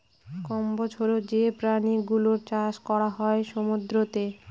কম্বোজ হল যে প্রাণী গুলোর চাষ করা হয় সমুদ্রতে